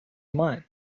mine